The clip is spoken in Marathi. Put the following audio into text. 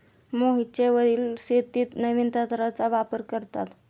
मोहितचे वडील शेतीत नवीन तंत्राचा वापर करतात